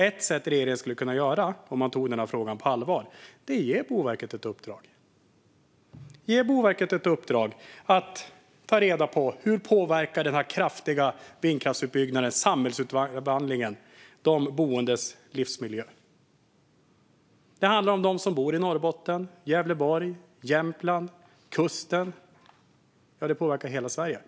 Ett sätt för regeringen, om man tar denna fråga på allvar, är att ge Boverket ett uppdrag. Ge Boverket ett uppdrag att ta reda på hur denna kraftiga vindkraftsutbyggnad påverkar samhällsomvandlingen och de boendes livsmiljö. Det handlar om dem som bor i Norrbotten, Gävleborg, Jämtland och utefter kusten. Ja, det påverkar hela Sverige.